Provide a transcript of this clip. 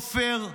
עופר,